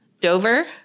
Dover